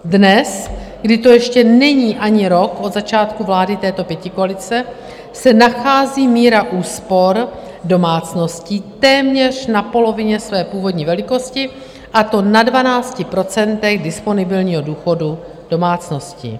Dnes, kdy to ještě není ani rok od začátku vlády této pětikoalice, se nachází míra úspor domácností téměř na polovině své původní velikosti, a to na 12 % disponibilního důchodu domácností.